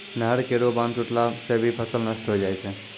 नहर केरो बांध टुटला सें भी फसल नष्ट होय जाय छै